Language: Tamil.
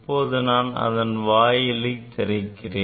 இப்போது நான் அதன் வாயிலை திறக்கிறேன்